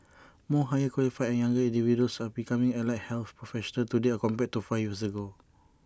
more higher qualified and younger individuals are becoming allied health professionals today compared to five years ago